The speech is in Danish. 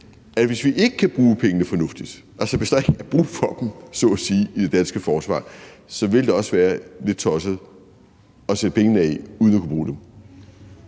at hvis vi ikke kan bruge pengene fornuftigt – altså hvis der ikke er brug for dem i det danske forsvar så at sige – vil det også være lidt tosset at sætte pengene af uden at kunne bruge dem.